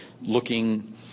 looking